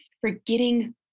forgetting